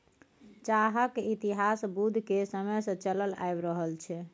चाहक इतिहास बुद्ध केर समय सँ चलल आबि रहल छै